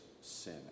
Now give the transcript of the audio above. sin